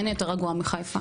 אין יותר רגוע מחיפה,